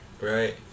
right